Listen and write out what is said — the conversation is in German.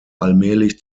allmählich